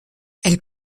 elle